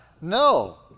No